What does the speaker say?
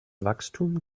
wachstum